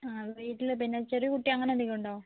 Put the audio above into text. വീട്ടില് പിന്നെ ചെറിയ കുട്ടി അങ്ങനെ എന്തെങ്കിലുമുണ്ടോ